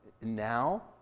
Now